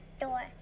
door